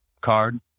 card